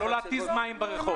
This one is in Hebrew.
לא בשביל להתיז מים ברחוב.